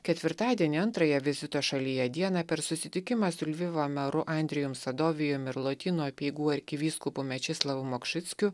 ketvirtadienį antrąją vizito šalyje dieną per susitikimą su lvivo meru andrejum sadovijum ir lotynų apeigų arkivyskupu mečislavu makšickiu